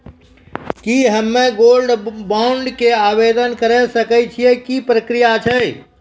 की हम्मय gold bond के आवदेन करे सकय छियै, की प्रक्रिया छै?